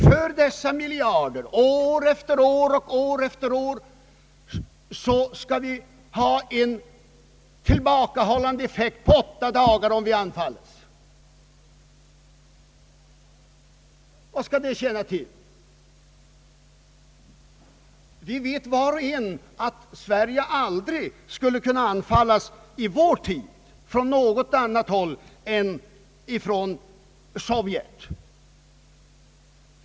För de miljarder kronor som år efter år har anslagits skall resultatet bli ett uppehållande försvar i åtta dagar, om vi anfalles. Vad skall det tjäna till? Var och en vet att Sverige aldrig i vår tid kommer att anfallas från något annat håll än från Sovjet.